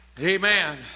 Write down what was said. Amen